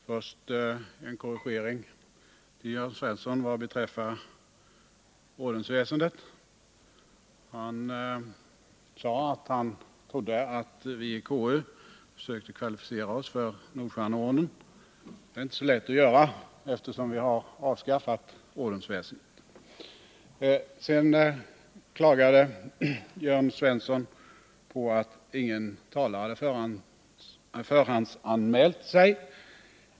Herr talman! Först en korrigering av vad Jörn Svensson sade beträffande ordensväsendet. Han sade att han trodde att vi i konstitutionsutskottet försökte kvalificera oss för Nordstjärneorden. Det är inte så lätt att göra det, eftersom ordensväsendet har avskaffats i vad avser svenska medborgare. Vidare klagade Jörn Svensson på att ingen annan talare hade förhandsanmält sig.